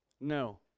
No